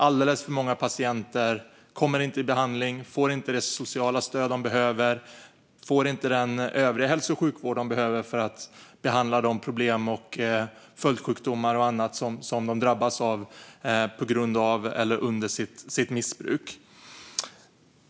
Alldeles för många patienter kommer inte i behandling, får inte det sociala stöd som de behöver och får inte den övriga hälso och sjukvård som de behöver för de problem, följdsjukdomar och annat som de drabbas av på grund av eller under sitt missbruk.